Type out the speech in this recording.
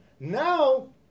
Now